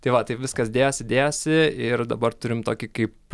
tai va taip viskas dėjosi dėjosi ir dabar turim tokį kaip